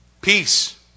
peace